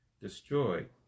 destroyed